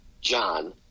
John